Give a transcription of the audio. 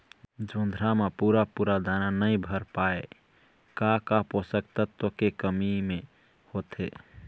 जोंधरा म पूरा पूरा दाना नई भर पाए का का पोषक तत्व के कमी मे होथे?